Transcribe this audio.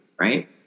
right